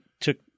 took